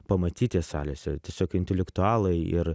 pamatyti salėse tiesiog intelektualai ir